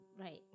Right